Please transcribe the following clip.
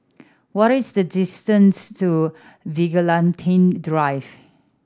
what is the distance to Vigilante Drive